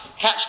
catch